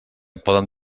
poden